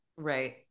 Right